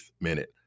minute